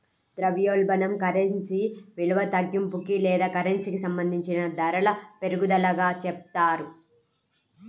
ద్రవ్యోల్బణం కరెన్సీ విలువ తగ్గింపుకి లేదా కరెన్సీకి సంబంధించిన ధరల పెరుగుదలగా చెప్తారు